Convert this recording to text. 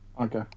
okay